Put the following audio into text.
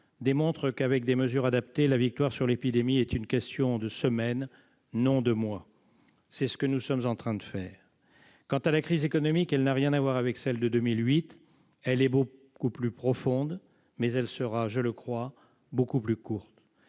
démontrent qu'avec des mesures adaptées la victoire sur l'épidémie est une question de semaines, et non de mois. C'est la voie que nous sommes en train d'emprunter. Quant à la crise économique, elle n'a rien à voir avec celle de 2008. Elle est beaucoup plus profonde, mais elle sera, je le crois, beaucoup plus courte.